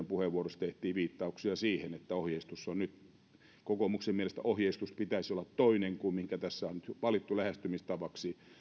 puheenvuorossa tehtiin viittauksia siihen että kokoomuksen mielestä ohjeistuksen pitäisi olla toinen kuin mikä tässä on nyt valittu lähestymistavaksi